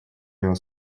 него